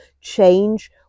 Change